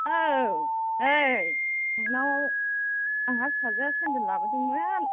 औ नै नोंनाव आंहा फिसाजोआ सेनदेल लाबोदोंमोन